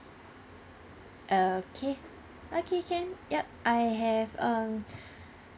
okay okay can yup I have um